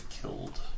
killed